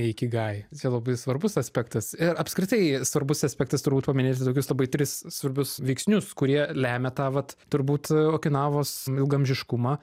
ikigai čia labai svarbus aspektas ir apskritai svarbus aspektas turbūt paminėti tokius labai tris svarbius veiksnius kurie lemia tą vat turbūt okinavos ilgaamžiškumą